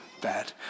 Bad